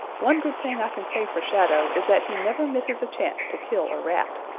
one good thing i can say for shadow is that he never misses a chance to kill a rat.